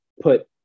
put